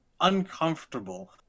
uncomfortable